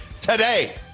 today